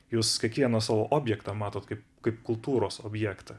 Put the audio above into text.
jūs kiekvieną savo objektą matot kaip kaip kultūros objektą